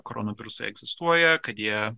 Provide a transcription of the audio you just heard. koronavirusai egzistuoja kad jie